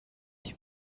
die